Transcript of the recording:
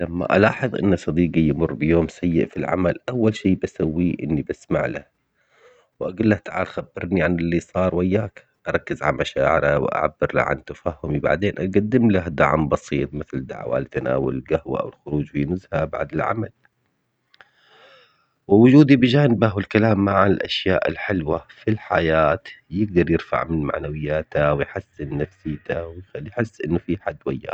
لما الاحظ ان صديقي يمر بيوم سيء في العمل اول شي بسويه اني بسمع له. واقول له تعال خبرني عن اللي صار وياك اركز على مشاعره واعبر له عن تفهمي بعدين اقدم له دعم بسيط مثل دعوة لتناول القهوة او الخروج في نزهة بعد العمل. ووجودي بجان الكلام مع الاشياء الحلوة في الحياة يقدر يرفع من معنوياته ويحسن نفسيته ويخليه يحس انه في حد وياه